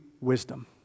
wisdom